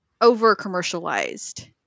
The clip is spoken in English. over-commercialized